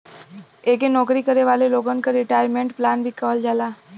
एके नौकरी करे वाले लोगन क रिटायरमेंट प्लान भी कहल जाला